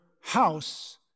house